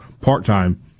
part-time